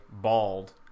bald